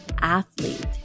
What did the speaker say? athlete